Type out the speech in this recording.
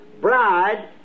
bride